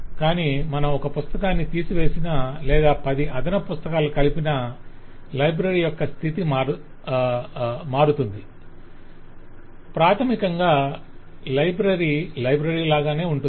కాని మనం ఒక పుస్తకాన్ని తీసివేసీనా లేదా 10 అదనపు పుస్తకాలను కలిపినా లైబ్రరీ యొక్క స్థితి మారుతుంది ప్రాథమికంగా లైబ్రరీ లైబ్రరీగానే ఉంటుంది